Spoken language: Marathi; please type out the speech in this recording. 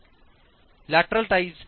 लॅटरल टाईज स्तंभात प्रदान केले पाहिजेत